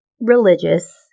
religious